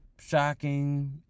shocking